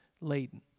laden